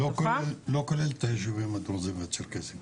לא כולל את הישובים הדרוזיים והצ'רקסיים.